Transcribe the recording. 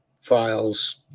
files